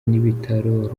n’ibitaro